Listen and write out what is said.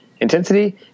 intensity